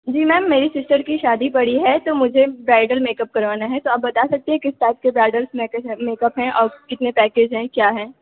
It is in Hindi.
जी मैम मेरी सिस्टर की शादी पड़ी है तो मुझे ब्राइडल मेकअप करवाना है तो आप बता सकते हैं किस टाइप के ब्राइडल्स मेकअस मेकअप है कितने पैकेज हैं क्या है